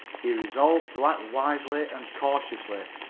he resolved to act wisely and cautiously,